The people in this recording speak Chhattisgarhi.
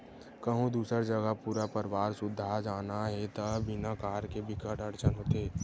कहूँ दूसर जघा पूरा परवार सुद्धा जाना हे त बिना कार के बिकट अड़चन होथे